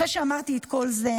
אחרי שאמרתי את כל זה,